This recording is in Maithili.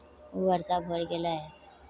ओ अर सभ होइ गेलै